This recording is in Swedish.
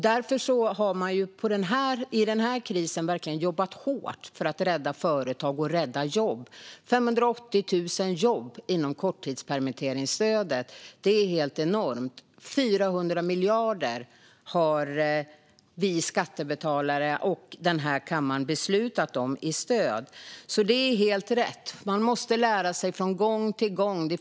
Därför har man i den här krisen verkligen jobbat hårt för att rädda företag och jobb. 580 000 jobb inom korttidspermitteringsstödet är helt enormt. 400 miljarder i stöd har vi skattebetalare och den här kammaren beslutat om. Det är helt rätt: Man måste lära sig från gång till gång.